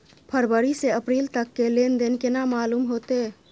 फरवरी से अप्रैल तक के लेन देन केना मालूम होते?